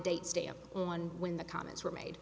date stamp on when the comments were made